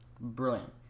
Brilliant